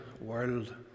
world